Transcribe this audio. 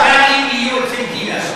איתן, כמה מנכ"לים יהיו אצל גילה?